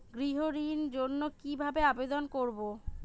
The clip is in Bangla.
গৃহ ঋণ জন্য কি ভাবে আবেদন করব?